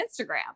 Instagram